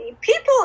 people